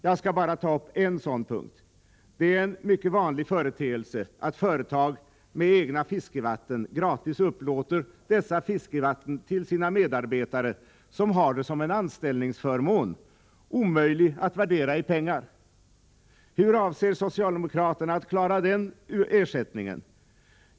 Jag skall bara ta upp en sådan punkt. Det är en mycket vanlig företeelse att företag med egna fiskevatten gratis upplåter dessa till sina medarbetare som en anställningsförmån, omöjlig att värdera i pengar. Hur avser socialdemokraterna att klara den ersättningen?